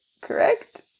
correct